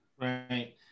Right